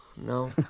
no